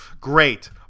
Great